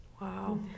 Wow